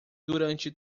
durante